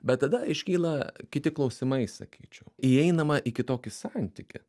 bet tada iškyla kiti klausimai sakyčiau įeinama į kitokį santykį